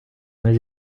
mes